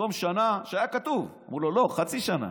במקום שנה שהיה כתוב, אמרו לו: לא, חצי שנה.